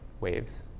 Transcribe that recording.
waves